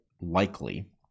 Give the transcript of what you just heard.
likely